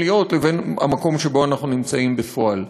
להיות לבין המקום שבו אנחנו נמצאים בפועל.